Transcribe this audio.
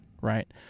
right